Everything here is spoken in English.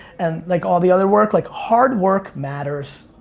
and like all the other work. like hard work matters.